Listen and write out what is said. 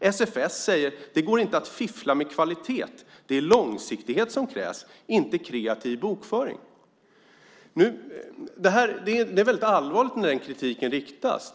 SFS säger: "Det går inte att fiffla med kvaliteten. Det är långsiktighet som krävs, inte kreativ bokföring." Det är väldigt allvarligt när denna kritik framförs.